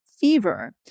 fever